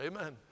amen